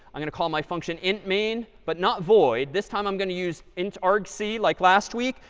i'm going to call my function int main, but not void. this time i'm going to use int argc, like last week,